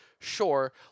Sure